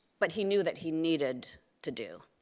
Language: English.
but he knew that he needed to do.